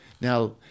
Now